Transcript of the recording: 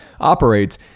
operates